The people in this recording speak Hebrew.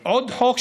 עוד חוק,